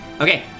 Okay